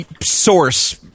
source